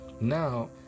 Now